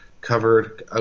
covered